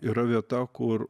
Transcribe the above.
yra vieta kur